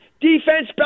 Defense